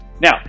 Now